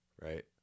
right